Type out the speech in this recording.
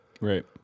right